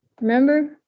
Remember